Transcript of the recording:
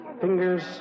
fingers